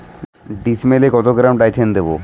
ডিস্মেলে কত গ্রাম ডাইথেন দেবো?